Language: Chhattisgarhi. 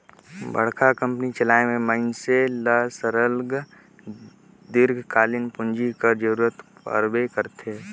बड़का कंपनी चलाए में मइनसे ल सरलग दीर्घकालीन पूंजी कर जरूरत परबे करथे